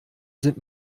sind